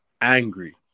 angry